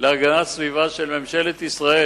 להגנת סביבה של ממשלת ישראל.